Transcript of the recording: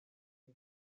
que